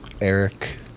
Eric